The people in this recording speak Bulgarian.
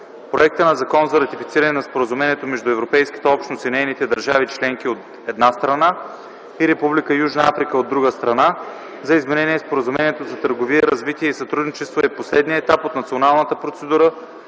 Проектът на Закон за ратифициране на Споразумението между Европейската общност и нейните държави членки, от една страна, и Република Южна Африка, от друга страна, за изменение на Споразумението за търговия, развитие и сътрудничество е последният етап от националната процедура